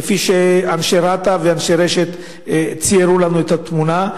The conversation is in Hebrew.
כפי שאנשי רת"א ואנשי רש"ת ציירו לנו את התמונה,